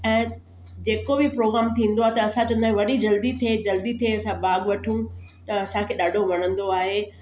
ऐं जेको बि प्रोग्राम थींदो आहे त असां चवंदा आहियूं वॾी जल्दी थिए जल्दी थिए असां भाॻु वठूं त असांखे ॾाढो वणंदो आहे